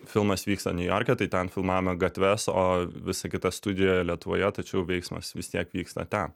filmas vyksta niujorke tai ten filmavome gatves o visa kita studija lietuvoje tačiau veiksmas vis tiek vyksta ten